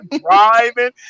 driving